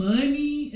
Money